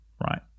right